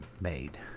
made